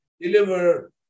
Deliver